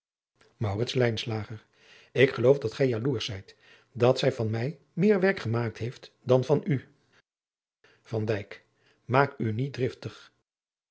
pzn het leven van maurits lijnslager loersch zijt dat zij van mij meer werk gemaakt heeft dan van u van dijk maak u niet driftig